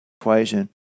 equation